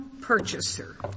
purchaser